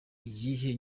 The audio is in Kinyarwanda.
iyihe